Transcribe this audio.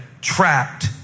trapped